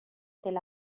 tel